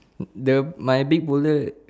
the my big boulder